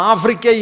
Africa